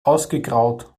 ausgegraut